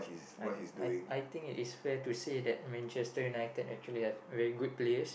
like I I think it is fair to say that Manchester-United actually have very good players